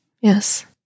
Yes